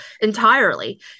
entirely